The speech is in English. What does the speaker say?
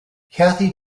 cathy